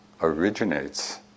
originates